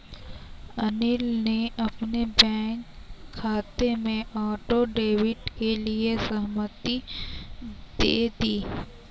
अनिल ने अपने बैंक खाते में ऑटो डेबिट के लिए सहमति दे दी